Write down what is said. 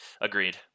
Agreed